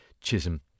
Chisholm